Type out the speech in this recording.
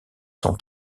son